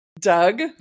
Doug